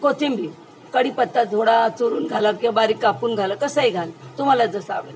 को कोथिंबीर कडीपत्ता थोडा चुरून घाला किंवा बारीक कापून घाला कसंही घाला तुम्हाला जसं आवडेल